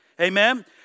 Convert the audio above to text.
Amen